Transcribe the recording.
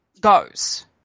goes